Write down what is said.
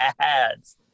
ads